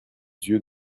yeux